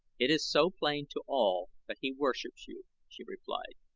it is so plain to all that he worships you, she replied.